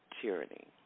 tyranny